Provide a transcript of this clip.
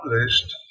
published